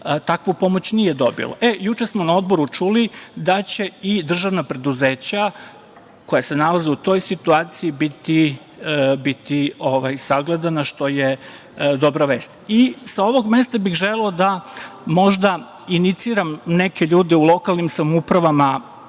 takvu pomoć nije dobilo. Juče smo na odboru čuli da će i državna preduzeća koja se nalaze u toj situaciji biti sagledana, što je dobra vest. Sa ovog mesta bih želeo da iniciram neke ljude u lokalnim samoupravama,